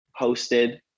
hosted